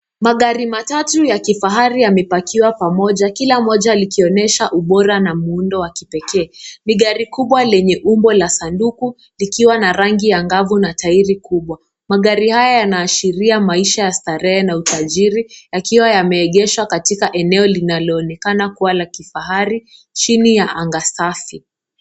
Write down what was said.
Magari matatu ya kifahari yamepakiwa pamoja, kila moja likionyesha ubora na muundo wa kipekee, ni gari kubwa lenye umbo la kisanduku likiwa na rangi ya angavu na tairi kubwa, magari haya yanaashiria maisha ya starehe na utajiri yakiwa yameegeshwa katika eneo linaloonekana kuwa la kifahari chini ya anga safi.